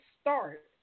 start